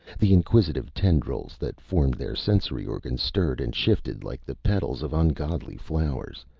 the inquisitive tendrils that formed their sensory organs stirred and shifted like the petals of ungodly flowers,